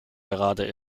gerade